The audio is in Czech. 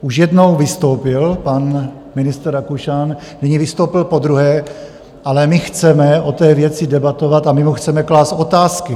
Už jednou vystoupil pan ministr Rakušan, nyní vystoupil podruhé, ale my chceme o té věci debatovat a my chceme klást otázky.